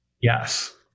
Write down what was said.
Yes